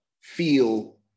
feel